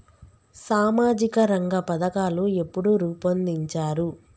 సామాజిక రంగ పథకాలు ఎప్పుడు రూపొందించారు?